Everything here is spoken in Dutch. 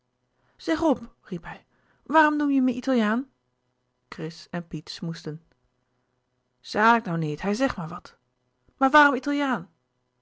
zeg op riep hij waarom noem je me italiaan chris en piet smoesden zanik nou niet hij zegt maar wat maar waarom italiaan